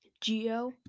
Geo